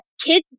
kids